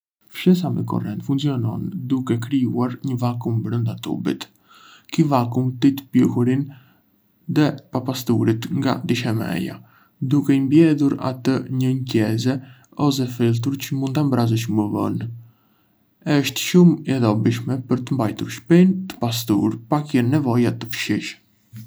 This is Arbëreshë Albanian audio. Fshesa me korrent funksionon duke krijuar një vakum brënda tubit. Ky vakum thith pluhurin dhe papastërtitë nga dyshemeja, duke i mbledhur ato në një qese ose filtër që mund ta zbrazësh më vonë. Është shumë e dobishme për të mbajtur shtëpinë të pastër pa qenë nevoja të fshish.